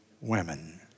women